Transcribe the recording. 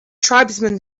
tribesman